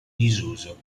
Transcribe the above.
disuso